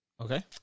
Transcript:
Okay